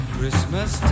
Christmas